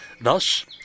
Thus